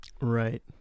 Right